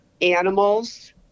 animals